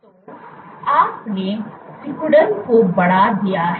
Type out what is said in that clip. तो आपने सिकुड़न को बढ़ा दिया है